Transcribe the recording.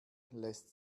lässt